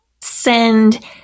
send